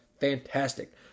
Fantastic